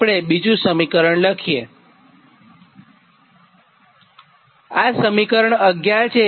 આ સમીકરણ 11 છે